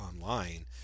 online